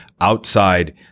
outside